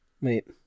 Wait